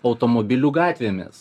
automobiliu gatvėmis